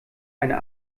eine